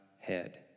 head